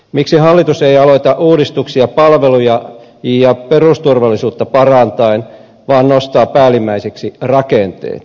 miksi hallitus ei aloita uudistuksia palveluja ja perusturvallisuutta parantaen vaan nostaa päällimmäiseksi rakenteet